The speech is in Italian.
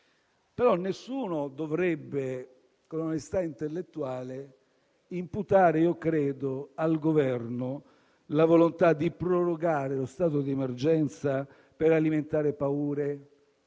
dovrebbe imputare al Governo la volontà di prorogare lo stato di emergenza per alimentare paure,